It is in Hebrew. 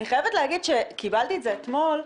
אני חייבת להגיד שכשקיבלתי את זה אתמול,